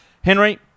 Henry